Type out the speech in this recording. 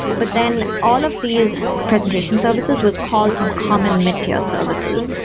but then all of these presentation services would call some common mid-tier services.